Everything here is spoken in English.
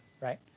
right